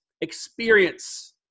experience